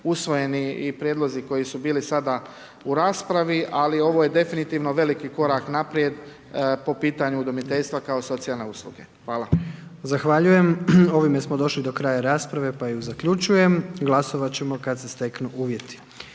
usvojeni i prijedlozi koji su bili sada u raspravi, ali ovo je definitivno korak naprijed, po pitanju udomiteljstva, kao socijalne usluge. Hvala. **Jandroković, Gordan (HDZ)** Zahvaljujem. Ovime smo došli do kraja rasprave, pa ju zaključujem, glasovati ćemo kada se steknu uvjeti.